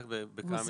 רק בכמה מילים.